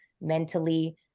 mentally